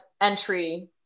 entry